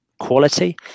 quality